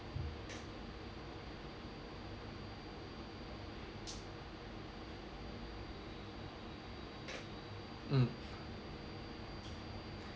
mm